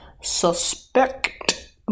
suspect